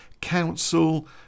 council